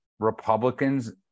Republicans